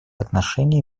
отношений